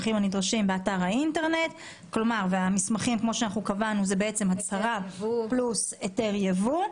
באתר האינטרנט והמסמכים כמו שקבענו אלה הצהרה פלוס היתר יבוא.